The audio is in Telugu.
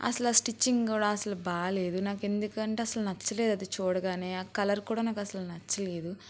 అసలు ఆ స్టిచ్చింగ్ కూడా అసలు బాగలేదు నాకు ఎందుకంటే అసలు నచ్చలేదు అది చూడగానే ఆ కలర్ కూడా నాకు అసలు నచ్చలేదు